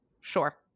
Sure